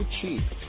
cheap